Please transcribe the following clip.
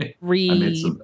read